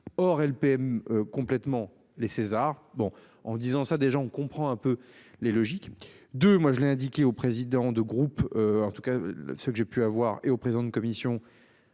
neuf hors LPM complètement les Césars bon en disant ça, des gens, on comprend un peu les logiques de moi je l'ai indiqué au président de groupe en tout cas ce que j'ai pu avoir et au président de commission.